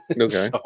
okay